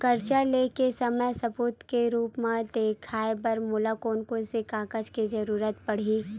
कर्जा ले के समय सबूत के रूप मा देखाय बर मोला कोन कोन से कागज के जरुरत पड़ही?